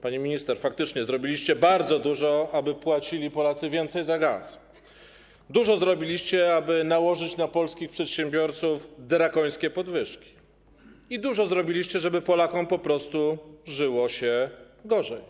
Pani minister, faktycznie zrobiliście bardzo dużo, aby Polacy płacili więcej za gaz, dużo zrobiliście, aby nałożyć na polskich przedsiębiorców drakońskie podwyżki, i dużo zrobiliście, żeby Polakom po prostu żyło się gorzej.